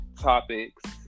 topics